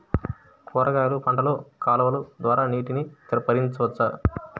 కూరగాయలు పంటలలో కాలువలు ద్వారా నీటిని పరించవచ్చా?